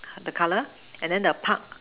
the color and then the Park